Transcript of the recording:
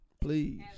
Please